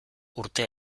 urte